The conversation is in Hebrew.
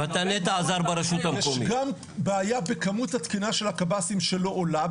יש כאן בעיה בכמות התקינה של הקבסי"ם שלא עולה,